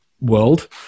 world